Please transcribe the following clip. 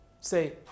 say